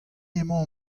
emañ